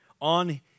on